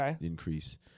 increase